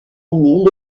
année